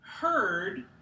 heard